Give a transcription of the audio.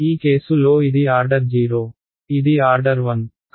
ఈ కేసు లో ఇది ఆర్డర్ 0 ఇది ఆర్డర్ 1